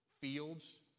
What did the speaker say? fields